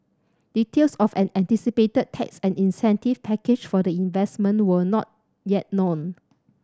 details of an anticipated tax and incentive package for the investment were not yet known